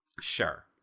Sure